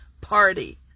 Party